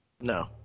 No